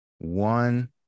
One